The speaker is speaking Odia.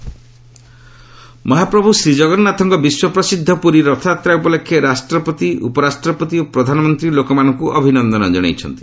ପ୍ରେଜ୍ ଭିପି ରଥଯାତ୍ରା ମହାପ୍ରଭୁ ଶ୍ରୀଜଗନ୍ନାଥଙ୍କ ବିଶ୍ୱପ୍ରସିଦ୍ଧ ପୁରୀ ରଥଯାତ୍ରା ଉପଲକ୍ଷେ ରାଷ୍ଟ୍ରପତି ଉପରାଷ୍ଟ୍ରପତି ଓ ପ୍ରଧାନମନ୍ତ୍ରୀ ଲୋକମାନଙ୍କୁ ଅଭିନନ୍ଦନ ଜଣାଇଛନ୍ତି